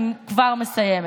אני כבר מסיימת.